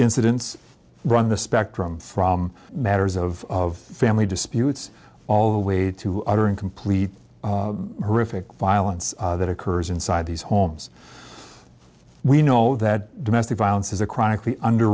incidents run the spectrum from matters of family disputes all the way to utter and complete violence that occurs inside these homes we know that domestic violence is a chronically under